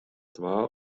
twa